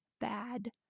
bad